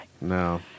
No